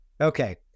Okay